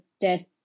death